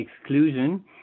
exclusion